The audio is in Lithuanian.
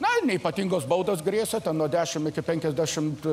na neypatingos baudos grėsė nuo dešimt iki penkiasdešimt